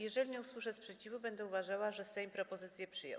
Jeżeli nie usłyszę sprzeciwu, będę uważała, że Sejm propozycję przyjął.